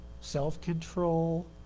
self-control